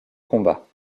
combat